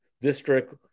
district